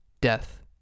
death